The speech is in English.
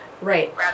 Right